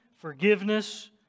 forgiveness